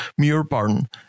Muirburn